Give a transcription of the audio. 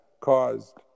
caused